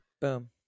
boom